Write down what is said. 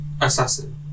Assassin